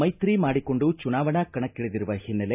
ಮೈತ್ರಿ ಮಾಡಿಕೊಂಡು ಚುನಾವಣಾ ಕಣಕ್ಕಳಿದಿರುವ ಹಿನ್ನೆಲೆ